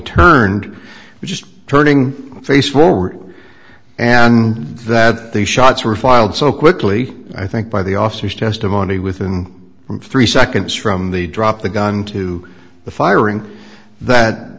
turned was just turning face forward and that the shots were filed so quickly i think by the officers testimony within three seconds from the drop the gun to the firing that